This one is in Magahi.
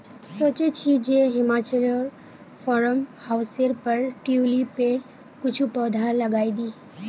सोचे छि जे हिमाचलोर फार्म हाउसेर पर ट्यूलिपेर कुछू पौधा लगइ दी